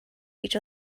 each